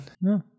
No